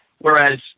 Whereas